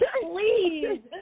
please